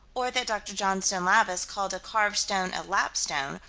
or that dr. johnstone-lavis called a carved stone a lapstone,